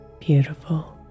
beautiful